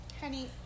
Honey